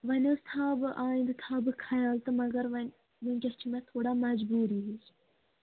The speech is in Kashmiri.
وۄنۍ حظ تھاو بہٕ آیِنٛدٕ تھاو بہٕ خیال تہٕ مگر وۄنۍ وٕنۍکٮ۪س چھِ مےٚ تھوڑا مجبوٗری ہِش